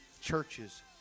churches